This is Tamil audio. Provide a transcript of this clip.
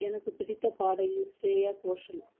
எனக்கு பிடித்த பாடகி ஸ்ரேயா கோஷல்